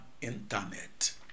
internet